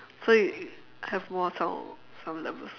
so you have more sound sound levels